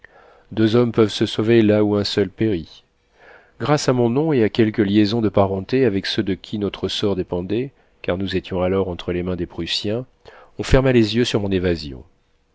deux hommes peuvent se sauver là où un seul périt grâce à mon nom et à quelques liaisons de parenté avec ceux de qui notre sort dépendait car nous étions alors entre les mains des prussiens on ferma les yeux sur mon évasion